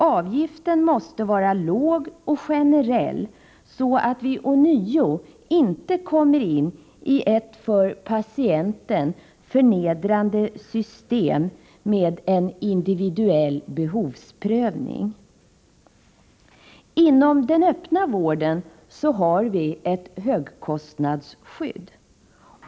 Avgiften måste vara låg och generell så att vi ånyo inte kommer in i ett för patienten förnedrande system med en individuell behovsprövning. Inom den öppna vården har vi ett högkostnadsskydd.